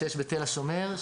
שיש בתל השומר,